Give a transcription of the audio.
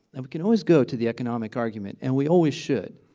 we can always go to the economic argument and we always should.